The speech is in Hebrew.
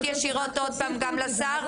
לפנות עוד פעם ישירות גם לשר,